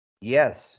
yes